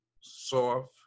soft